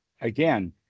again